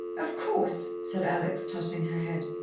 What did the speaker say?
of course, said alex, tossing her head.